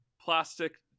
plastic